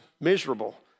miserable